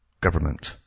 government